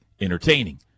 entertaining